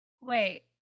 Wait